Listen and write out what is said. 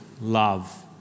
love